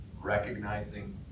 recognizing